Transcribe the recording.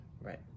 right